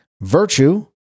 virtue